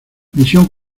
misión